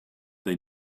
they